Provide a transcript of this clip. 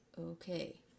Okay